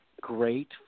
great